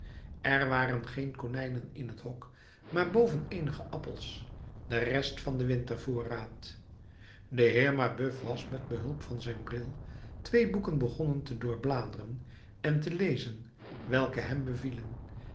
er waren geen konijnen in het hok maar boven eenige appels de rest van den wintervoorraad de heer mabeuf was met behulp van zijn bril twee boeken begonnen te doorbladeren en te lezen welke hem bevielen